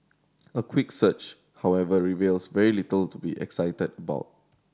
a quick search however reveals very little to be excited about